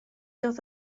dod